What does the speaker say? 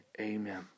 Amen